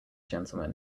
gentleman